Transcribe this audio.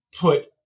put